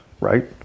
right